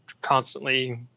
constantly